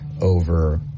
over